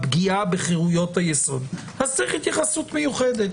בפגיעה בחירויות היסוד, אז צריך התייחסות מיוחדת.